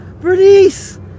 bernice